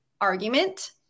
argument